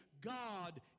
God